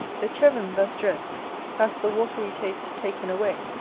the cheven thus dressed hath the watery taste taken away,